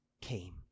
came